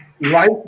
life